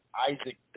Isaac